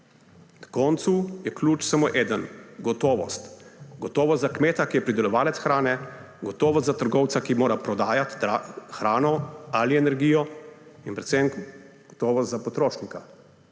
Na koncu je ključ samo eden – gotovost. Gotovost za kmeta, ki je pridelovalec hrane, gotovost za trgovca, ki mora prodajati hrano ali energijo, in predvsem gotovost za potrošnika,